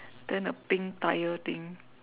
then the pink tyre thing